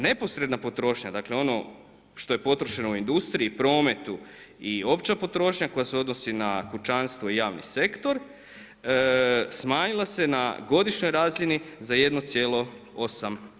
Neposredna potrošnja, dakle, ono što je potrošeno u industriji, prometu i opća potrošnja koja se odnosi na kućanstvo i javni sektor smanjila se na godišnjoj razini za 1,8%